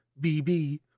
bb